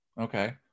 Okay